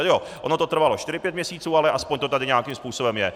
Jo, ono to trvalo čtyři, pět měsíců, ale aspoň to tady nějakým způsobem je.